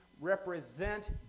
represent